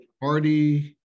party